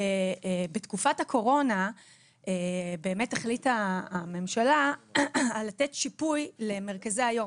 בתקופת הקורונה באמת החליטה הממשלה לתת שיפוי למרכזי היום.